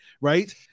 Right